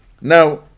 Now